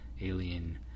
alien